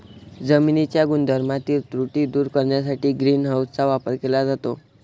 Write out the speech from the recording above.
जमिनीच्या गुणधर्मातील त्रुटी दूर करण्यासाठी ग्रीन हाऊसचा वापर केला जातो